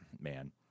man